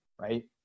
right